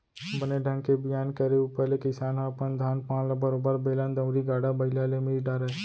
बने ढंग के बियान करे ऊपर ले किसान ह अपन धान पान ल बरोबर बेलन दउंरी, गाड़ा बइला ले मिस डारय